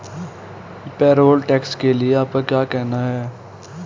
Payroll tax के लिए आपका क्या कहना है?